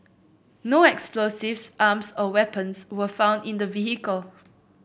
no explosives arms or weapons were found in the vehicle